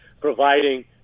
providing